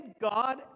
god